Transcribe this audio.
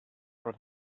from